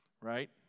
right